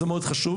זה מאוד חשוב.